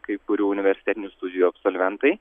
kai kurių universitetinių studijų absolventai